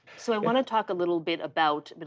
so i wanna talk a little bit about, but